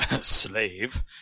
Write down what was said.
slave